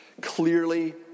clearly